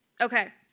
Okay